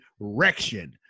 Rection